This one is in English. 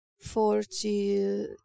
forty